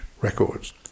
records